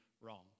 wrong